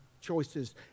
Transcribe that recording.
choices